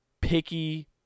picky